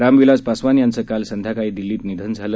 राम विलास पासवान यांचं काल संध्याकाळी दिल्लीत निधन झालं